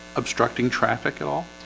obstructing traffic at all